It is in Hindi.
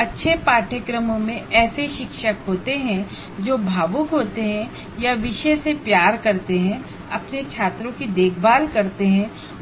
अच्छे कोर्सेस में ऐसे शिक्षक होते हैं जो भावुक होते हैं या विषय से प्यार करते हैं अपने छात्रों टीचिंग